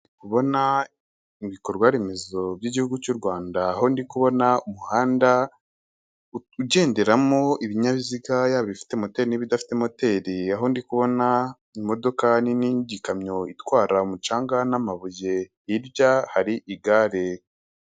Ibikorwaremezo by'Igihugu cy'u Rwanda aho ndi kubona umuhanda ugenderamo ibinyabiziga yaba ibifite moteni n'ibidafite moteri, aho ndi kubona imodoka nini y'indikamyo itwara umucanga n'amabuye, hirya hari igare.